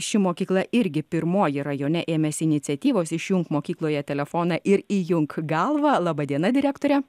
ši mokykla irgi pirmoji rajone ėmėsi iniciatyvos išjunk mokykloje telefoną ir įjunk galvą laba diena direktore